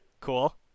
Cool